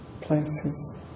places